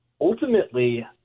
ultimately